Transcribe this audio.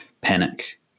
panic